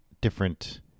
different